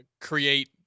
create